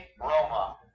Roma